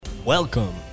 Welcome